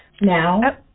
now